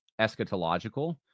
eschatological